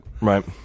Right